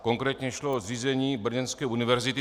Konkrétně šlo o zřízení brněnské univerzity.